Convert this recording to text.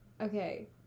Okay